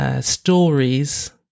stories